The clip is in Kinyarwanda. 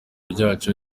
ryacu